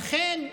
לכן,